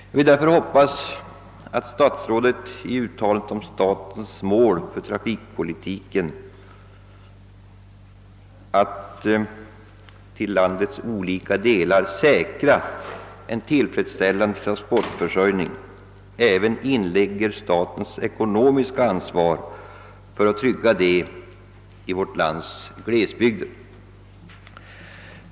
Jag hoppas därför att statsrådet i uttalandet om statens mål för trafikpolitiken, nämligen att säkra en tillfredsställande transportförsörjning till landets olika delar, även inlägger statens ekonomiska ansvar för att trygga denna försörjning i vårt lands glesbygder.